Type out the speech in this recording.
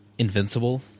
Invincible